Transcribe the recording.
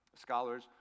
scholars